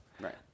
Right